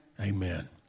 Amen